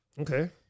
Okay